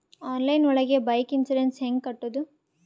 Online ಒಳಗೆ bike insurance ಹ್ಯಾಂಗ್ ಕಟ್ಟುದು?